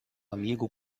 amigo